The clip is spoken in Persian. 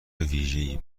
ویژه